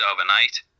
overnight